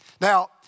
Now